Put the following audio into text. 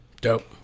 dope